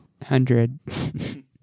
Hundred